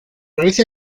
grecia